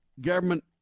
government